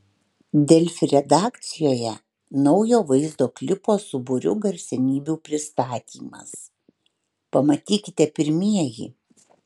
delfi redakcijoje naujo vaizdo klipo su būriu garsenybių pristatymas pamatykite pirmieji